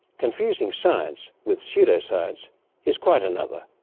confusing science with pseudoscience is quite another.